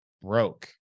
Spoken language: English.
broke